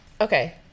okay